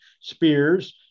spears